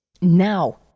Now